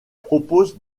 propose